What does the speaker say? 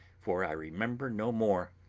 for i remember no more.